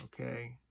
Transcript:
okay